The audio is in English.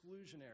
exclusionary